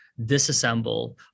disassemble